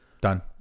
Done